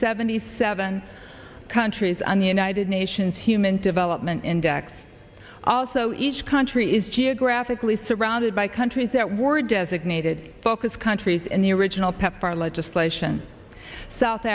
seventy seven countries on the united nations human development index also each country is geographically surrounded by countries that were designated focus countries in the original pepfar legislation south